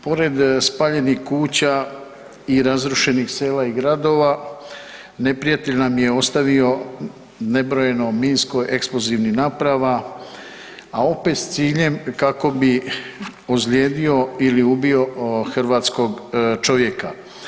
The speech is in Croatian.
Pored spaljenih kuća i razrušenih sela i gradova neprijatelj nam je ostavio nebrojeno minsko eksplozivnih naprava, a opet s ciljem kako bi ozlijedio ili ubio hrvatskog čovjeka.